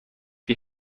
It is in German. die